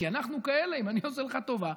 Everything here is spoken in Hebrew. כי אנחנו כאלה: אם אני עושה לך טובה,